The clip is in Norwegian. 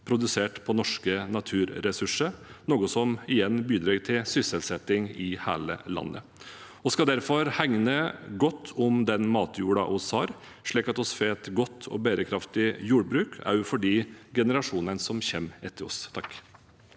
produsert på norske naturressurser, noe som igjen bidrar til sysselsetting i hele landet. Vi skal derfor hegne godt om den matjorden vi har, slik at vi får et godt og bærekraftig jordbruk, også for de generasjonene som kommer etter oss.